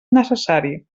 necessari